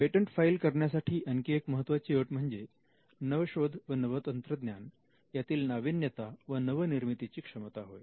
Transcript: patent file करण्यासाठी आणखी एक महत्त्वाची अट म्हणजे नवशोध व नवतंत्रज्ञान यातील नाविन्यता व नवनिर्मिती ची क्षमता होय